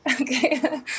okay